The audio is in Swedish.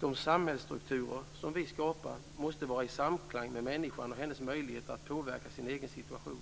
De samhällsstrukturer som vi skapar måste vara i samklang med människan och hennes möjligheter att påverka sin egen situation.